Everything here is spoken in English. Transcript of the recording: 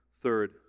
third